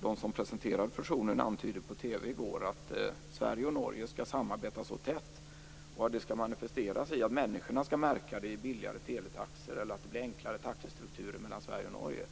De som presenterade fusionen antydde på TV i går att Sverige och Norge skall samarbeta tätt och att det skall manifesteras i att människorna får billigare teletaxor eller att det blir enklare taxestrukturer mellan Sverige och Norge.